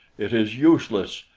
it is useless!